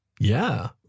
Yeah